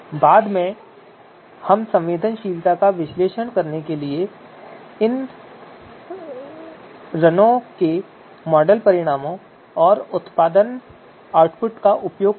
बाद में हम संवेदनशीलता का विश्लेषण करने के लिए इन रनों के मॉडल परिणामों और उत्पादन आउटपुट का उपयोग करेंगे